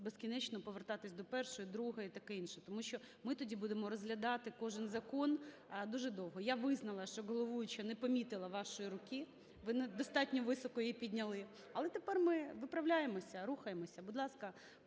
безкінечно повертатися до 1-ї, 2-ї і таке інше. Тому що ми тоді будемо розглядати кожен закон дуже довго. Я визнала, що головуюча не помітила вашої руки, ви недостатньо високо її підняли, але тепер ми виправляємося, рухаємося. Будь ласка,